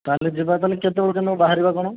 ତା'ହେଲେ ଯିବା ତା'ହେଲେ କେତେବେଳେ ବାହାରିବା କ'ଣ